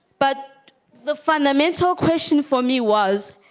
but the fundamental question for me was